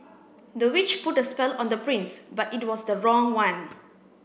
the witch put a spell on the prince but it was the wrong one